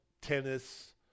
tennis